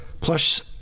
Plus